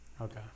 okay